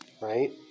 Right